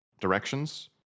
Directions